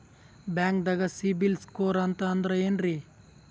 ಬ್ಯಾಂಕ್ದಾಗ ಸಿಬಿಲ್ ಸ್ಕೋರ್ ಅಂತ ಅಂದ್ರೆ ಏನ್ರೀ?